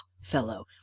fellow